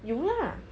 有 lah